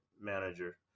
manager